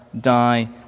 die